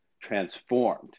transformed